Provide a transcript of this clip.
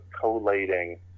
collating